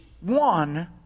one